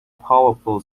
powerful